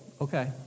okay